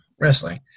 wrestling